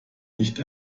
nicht